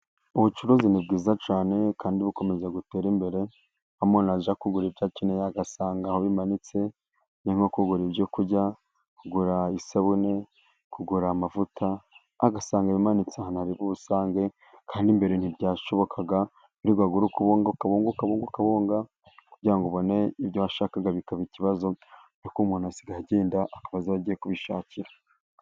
Ubucuruzi ni bwiza cyane kandi bukomeza gutera imbere, aho umuntu ajya kugura ibyo akeneye agasanga aho bimanitse. Ni nko kugura ibyo kurya, kugura isabune, kugura amavuta, agasanga bimanitse ahantu ari bubisange kandi mbere ntibyashobokaga. Wirirwaga uri kubunga, ukabunga ukabunga ukabunga kugira ngo ubone ibyo washakaga bikaba ikibazo, ariko umuntu asigaye agenda akaba azi aho agiye kubishakira.